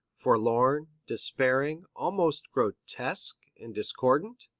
forlorn, despairing, almost grotesque, and discordant?